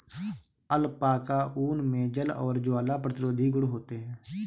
alpaca ऊन मे जल और ज्वाला प्रतिरोधी गुण होते है